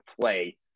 play